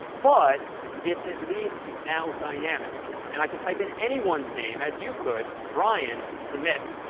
but it's at least now dynamic. and i can type in anyone's name, as you could, brian, submit.